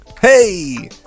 Hey